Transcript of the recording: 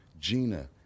Gina